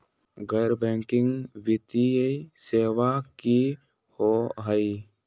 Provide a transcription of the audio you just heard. गैर बैकिंग वित्तीय सेवा की होअ हई?